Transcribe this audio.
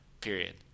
period